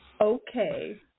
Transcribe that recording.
Okay